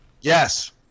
Yes